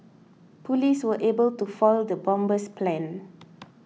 police were able to foil the bomber's plans